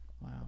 Wow